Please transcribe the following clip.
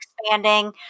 expanding